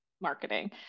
marketing